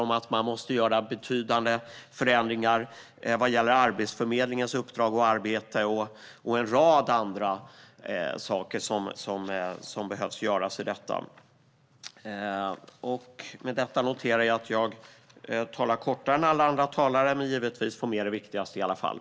Man måste göra betydande förändringar vad gäller Arbetsförmedlingens uppdrag och arbete och en rad andra saker. Jag talar inte lika länge som de andra talarna men får givetvis med det viktigaste i alla fall.